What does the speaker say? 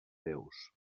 déus